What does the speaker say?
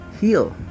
heal